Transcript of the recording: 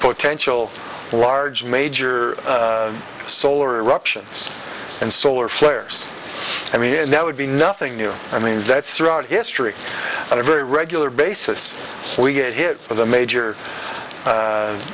potential large major solar eruptions and solar flares i mean that would be nothing new i mean that's throughout history at a very regular basis we get hit with a major